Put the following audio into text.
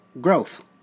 growth